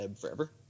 forever